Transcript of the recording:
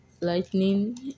lightning